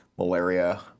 Malaria